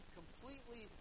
completely